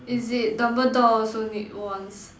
is it Dumbledore also needs wands